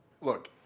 look